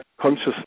consciousness